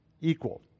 equal